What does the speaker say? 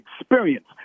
experience